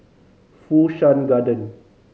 Fu Shan Garden